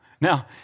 Now